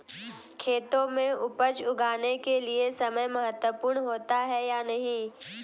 खेतों में उपज उगाने के लिये समय महत्वपूर्ण होता है या नहीं?